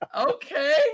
Okay